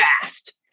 fast